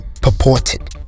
purported